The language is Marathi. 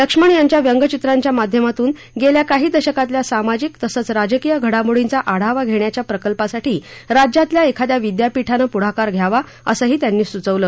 लक्ष्मण यांच्या व्यंगचित्राच्या माध्यमातून गेल्या काही दशकातल्या सामाजिक तसंच राजकीय घडामोडींचा आढावा घेण्याच्या प्रकल्पासाठी राज्यातल्या एखाद्या विद्यापीठानं यासाठी पुढाकार घ्यावा असंही त्यांनी सुचवलं